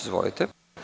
Izvolite.